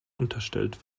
unterstellt